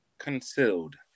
Concealed